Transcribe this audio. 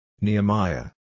Nehemiah